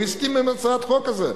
הוא הסכים עם הצעת החוק הזאת.